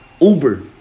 Uber